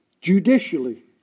Judicially